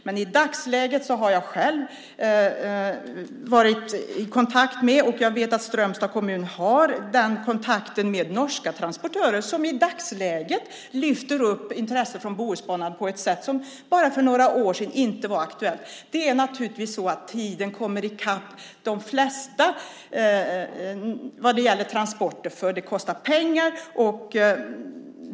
Men i dagsläget har jag själv haft kontakter, och jag vet att Strömstads kommun har kontakt med norska transportörer, som i dagsläget lyfter upp intresset för Bohusbanan på ett sätt som bara för några år sedan inte var aktuellt. Tiden kommer i kapp de flesta vad gäller transporter, för det kostar pengar.